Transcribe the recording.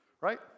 right